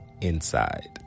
inside